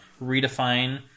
redefine